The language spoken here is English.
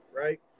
Right